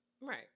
Right